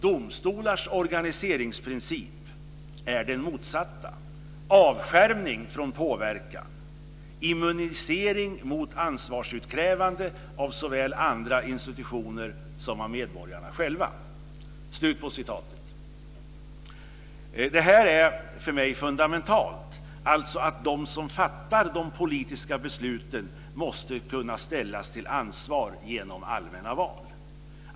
Domstolars organiseringsprincip är den motsatta: avskärmning från påverkan, immunisering mot ansvarsutkrävande av såväl andra institutioner som av medborgarna själva." Det här är för mig fundamentalt. De som fattar de politiska besluten måste kunna ställas till ansvar genom allmänna val.